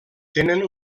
tenen